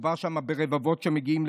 מדובר שם ברבבות שמגיעים.